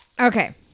Okay